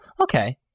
Okay